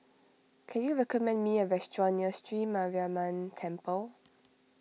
can you recommend me a restaurant near Sri Mariamman Temple